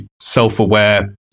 self-aware